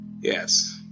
yes